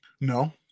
No